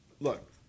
look